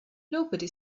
nobody